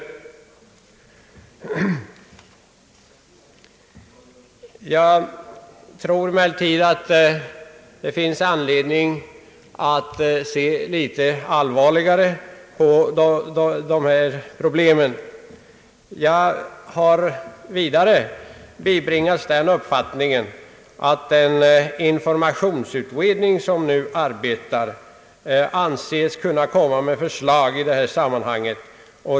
Jag tror emellertid att det finns anledning att se litet allvarligare på detta problem. Jag har vidare bibringats den uppfattningen att den informationsutredning som nu arbetar anses komma att framlägga förslag i detta sammanhang.